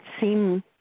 seem